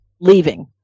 leaving